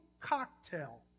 cocktail